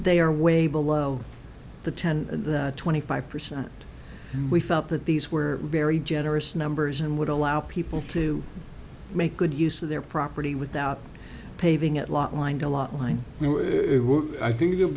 they are way below the ten to twenty five percent and we felt that these were very generous numbers and would allow people to make good use of their property without paving at lot lined a lot line i think